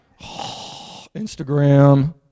Instagram